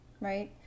right